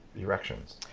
erections?